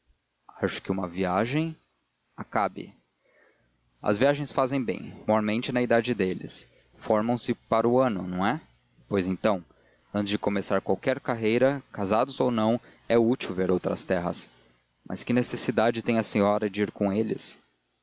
acho que uma viagem acabe as viagens fazem bem mormente na idade deles formam se para o ano não é pois então antes de começar qualquer carreira casados ou não é útil ver outras terras mas que necessidade tem a senhora de ir com eles